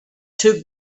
took